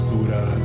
Buddha